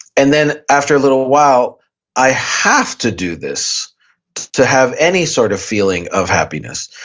and then after a little while i have to do this to have any sort of feeling of happiness.